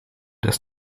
dass